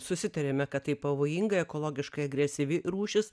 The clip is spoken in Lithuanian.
susitarėme kad tai pavojinga ekologiškai agresyvi rūšis